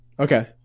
Okay